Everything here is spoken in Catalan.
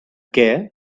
què